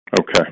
Okay